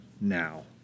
now